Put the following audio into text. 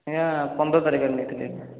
ଆଜ୍ଞା ପନ୍ଦର ତାରିଖରେ ନେଇଥିଲେ